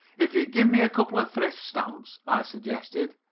if you'd give me a couple of thrift stamps, i suggested,